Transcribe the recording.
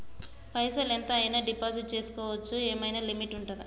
పైసల్ ఎంత అయినా డిపాజిట్ చేస్కోవచ్చా? ఏమైనా లిమిట్ ఉంటదా?